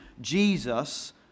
Jesus